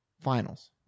finals